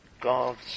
God's